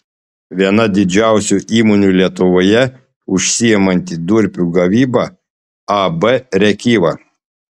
viena didžiausių įmonių lietuvoje užsiimanti durpių gavyba ab rėkyva